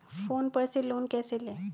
Phone पर से loan कैसे लें?